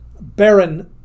Baron